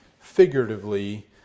figuratively